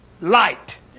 light